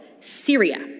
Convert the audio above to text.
Syria